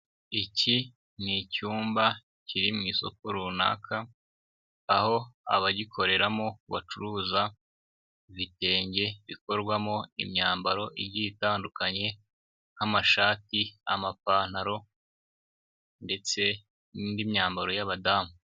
Iki ni icyumba kiri mu isoko runaka, aho abagikoreramo bacuruza ibitenge bikorwamo myambaro igiye itandukanye nk'amashati, amapantaro ndetse n'indimyambaro y'abadamu.